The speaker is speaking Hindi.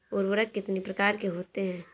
उर्वरक कितनी प्रकार के होते हैं?